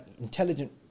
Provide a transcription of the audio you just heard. intelligent